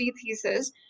thesis